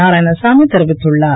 நாராயணசாமி தெரிவித்துள்ளார்